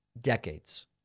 decades